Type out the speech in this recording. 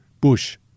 bush